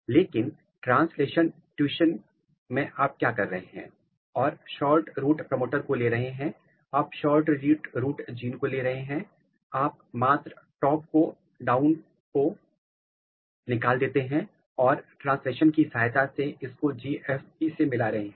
लेकिन translational fusion में आप क्या कर रहे हैं आप शॉर्ट रूट प्रमोटर को ले रहे हैं आप शॉर्ट रूट जीन को ले रहे हैं आप मात्र टॉप को डॉन को निकालते देते हैं और ट्रांसलेशन की सहायता से इसको GFP से मिला रहे हैं